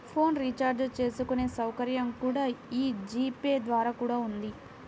phone recharge చేసుకునే సౌకర్యం కూడా యీ జీ పే ద్వారా కూడా ఉంది